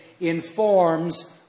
informs